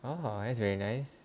!wah! that's very nice